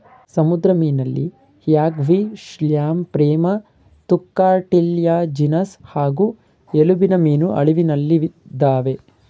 ಸಮುದ್ರ ಮೀನಲ್ಲಿ ಹ್ಯಾಗ್ಫಿಶ್ಲ್ಯಾಂಪ್ರೇಮತ್ತುಕಾರ್ಟಿಲ್ಯಾಜಿನಸ್ ಹಾಗೂ ಎಲುಬಿನಮೀನು ಅಳಿವಿನಲ್ಲಿದಾವೆ